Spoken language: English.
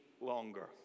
longer